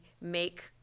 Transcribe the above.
make